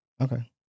Okay